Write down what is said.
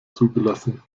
zugelassen